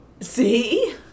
See